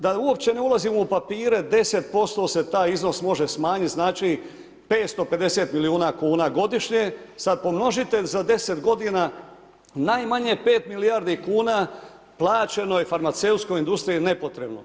Da uopće ne ulazimo u papire 10% se taj iznos može smanjiti, znači 550 milijuna kuna godišnje, sada pomnožite za 10 g. najmanje 5 milijardi kn plaćeno je farmaceutskoj industriji nepotrebno.